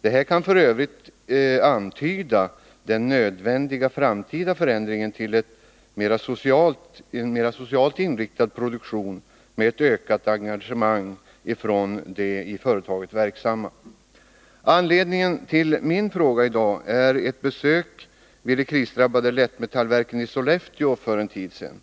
Detta kan f. ö. antyda den nödvändiga framtida förändringen till en mera socialt inriktad produktion, med ett ökat engagemang från de i företaget verksamma. Anledningen till min fråga är ett besök vid det krisdrabbade AB Lättmetallverket i Sollefteå för en tid sedan.